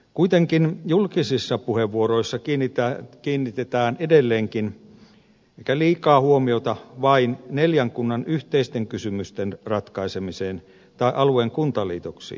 kuitenkin julkisissa puheenvuoroissa kiinnitetään edelleenkin ehkä liikaa huomiota vain neljän kunnan yhteisten kysymysten ratkaisemiseen tai alueen kuntaliitoksiin